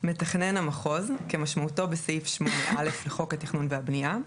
"מתכנן המחוז" כמשמעותו בסעיף 8(א) לחוק התכנון והבנייה,